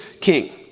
king